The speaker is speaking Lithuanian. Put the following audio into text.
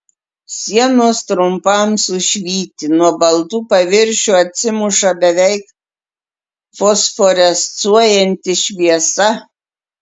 sienos trumpam sušvyti nuo baltų paviršių atsimuša beveik fosforescuojanti šviesa